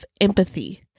empathy